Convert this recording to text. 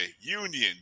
Union